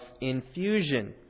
infusion